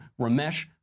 Ramesh